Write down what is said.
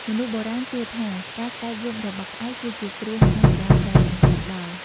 មនុស្សបុរាណជឿថា ការស្រែកយំរបស់ក្អែក គឺជាគ្រោះមហន្តរាយដែលនឹងមកដល់។